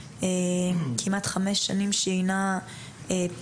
מ-2017, כמעט חמש שנים שהיא אינה פועלת.